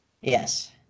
yes